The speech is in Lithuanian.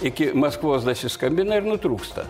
iki maskvos dasiskambina ir nutrūksta